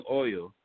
oil